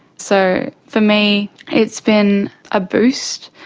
so for me it's been a boost,